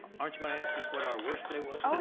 aren't you going to ask us what our worst day was?